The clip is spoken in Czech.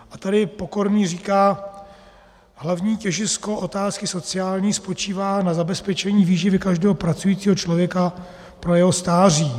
A tady Pokorný říká: Hlavní těžisko otázky sociální spočívá na zabezpečení výživy každého pracujícího člověka pro jeho stáří.